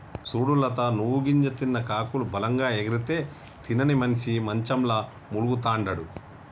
సూడు లత నువ్వు గింజ తిన్న కాకులు బలంగా ఎగిరితే తినని మనిసి మంచంల మూల్గతండాడు